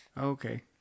Okay